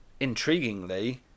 intriguingly